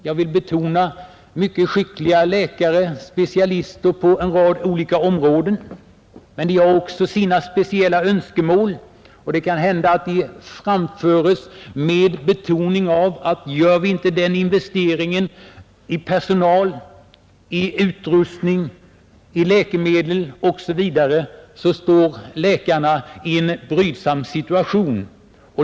Jag vill betona att vi har mycket skickliga läkare, som är specialister på en rad områden. Men de har också sina speciella önskemål, och det händer att de framförs med betoning av att om vi inte får göra den och den investeringen i personal, utrustning och läkemedel, så blir vår situation mycket brydsam.